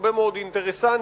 הרבה מאוד אינטרסנטים,